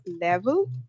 level